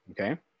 Okay